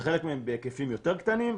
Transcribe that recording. וחלק מהם בהיקפים יותר קטנים.